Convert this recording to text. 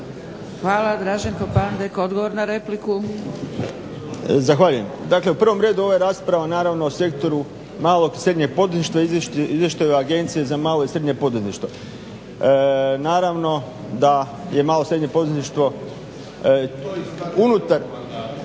Hvala. Draženko Pandek, odgovor na repliku. **Pandek, Draženko (SDP)** Zahvaljujem. Dakle, u prvom redu ova je raspravo naravno o sektoru malog i srednjeg poduzetništva, o izvještaju Agencije za malo i srednje poduzetništvo. Naravno da je malo i srednje poduzetništvo unutar